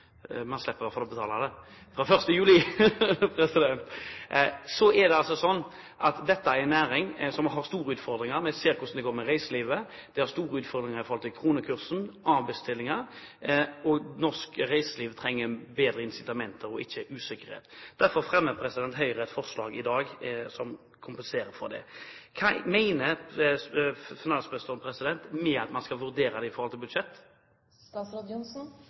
man innfører momsfritak; man slipper altså å betale det fra 1. juli. Så er det altså sånn at dette er en næring som har store utfordringer. Vi ser hvordan det går med reiselivet, som har store utfordringer når det gjelder kronekursen, og avbestillinger. Norsk reiseliv trenger bedre incitamenter, ikke usikkerhet. Derfor fremmer Høyre i dag et forslag som kompenserer for det. Hva mener finansministeren med at en skal vurdere dette i forhold til